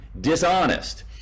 dishonest